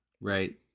Right